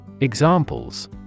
Examples